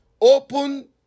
open